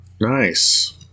Nice